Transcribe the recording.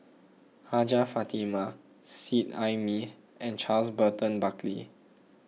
Hajjah Fatimah Seet Ai Mee and Charles Burton Buckley